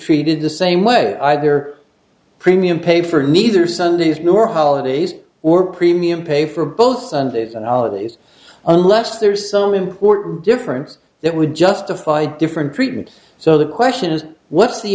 treated the same way either premium paid for neither sundays nor holidays or premium pay for both sundays and holidays unless there is some important difference that would justify different treatment so the question is what's the